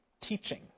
teaching